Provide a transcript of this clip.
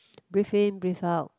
breathe in breathe out